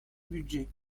budget